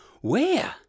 Where